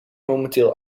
momenteel